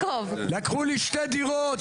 לקחו לי שתי דירות,